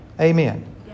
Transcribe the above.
Amen